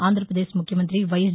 ఆంధ్రప్రదేశ్ ముఖ్యమంత్రి వైఎస్